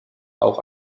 auch